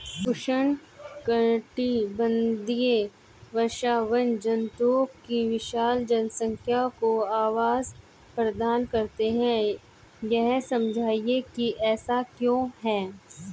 उष्णकटिबंधीय वर्षावन जंतुओं की विशाल जनसंख्या को आवास प्रदान करते हैं यह समझाइए कि ऐसा क्यों है?